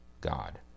God